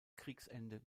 kriegsende